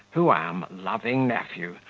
who am loving nephew,